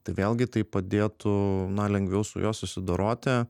tai vėlgi tai padėtų na lengviau su juo susidoroti